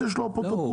יש לו אפוטרופוס,